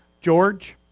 George